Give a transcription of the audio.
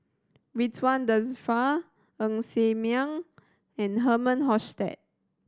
Ridzwan Dzafir Ng Ser Miang and Herman Hochstadt